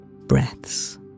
breaths